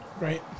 right